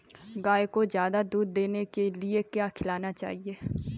गाय को ज्यादा दूध देने के लिए क्या खिलाना चाहिए?